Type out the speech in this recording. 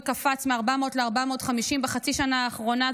קפץ מ-400 ל-450 בחצי השנה האחרונה,